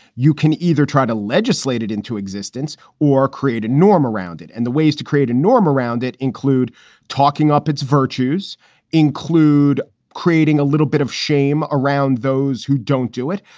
you can either try to legislate it into existence or create a norm around it. and the ways to create a norm around it include talking up its virtues include creating a little bit of shame around those who don't do it.